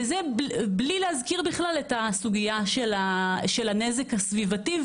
וזה בלי להזכיר בכלל את הסוגיה של הנזק הסביבתי.